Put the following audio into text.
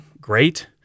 great